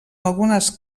algunes